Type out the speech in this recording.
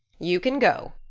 you can go,